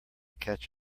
catch